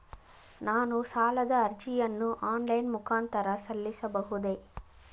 ನಾನು ಸಾಲದ ಅರ್ಜಿಯನ್ನು ಆನ್ಲೈನ್ ಮುಖಾಂತರ ಸಲ್ಲಿಸಬಹುದೇ?